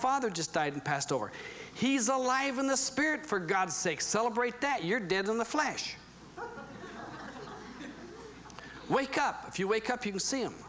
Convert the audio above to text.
father just died and passed or he's alive in the spirit for god's sake celebrate that you're dead in the flesh wake up if you wake up you can see him